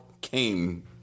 came